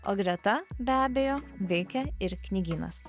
o greta be abejo veikia ir knygynas